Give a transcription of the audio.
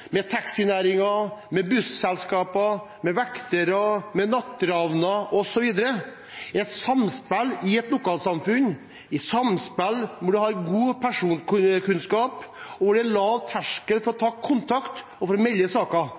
med utelivsbransjen, med taxinæringen, med busselskaper, med vektere, med natteravner osv. – et samspill i et lokalsamfunn, hvor man har god personkunnskap, og hvor det er lav terskel for å ta kontakt og for å melde saker.